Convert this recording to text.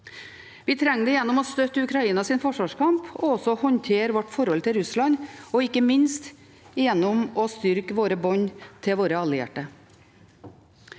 Vi trenger det gjennom å støtte Ukrainas forsvarskamp og håndtere vårt forhold til Russland og ikke minst gjennom å styrke våre bånd til våre allierte.